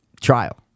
Trial